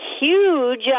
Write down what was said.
huge